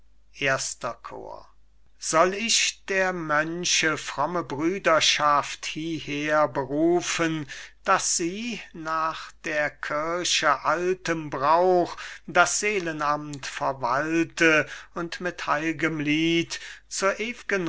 erster chor cajetan soll ich der mönche fromme brüderschaft hieher berufen daß sie nach der kirche altem brauch das seelenamt verwalte und mit heil'gem lied zur